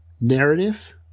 narrative